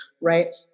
right